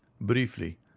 briefly